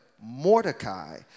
Mordecai